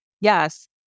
Yes